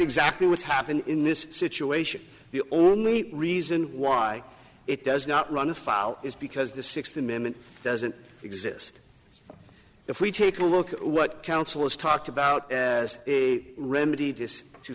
exactly what's happened in this situation the only reason why it does not run afoul is because the sixth amendment doesn't exist if we take a look at what counsel is talked about as a remedy this to